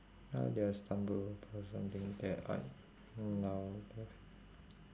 how did I stumble upon something that I now love